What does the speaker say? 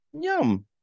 Yum